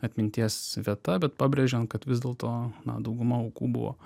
atminties vieta bet pabrėžiant kad vis dėlto na dauguma aukų buvo